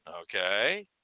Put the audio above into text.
okay